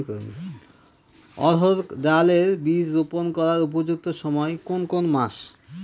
অড়হড় ডাল এর বীজ রোপন করার উপযুক্ত সময় কোন কোন মাস?